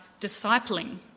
discipling